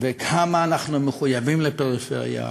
וכמה אנחנו מחויבים לפריפריה,